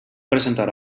presentar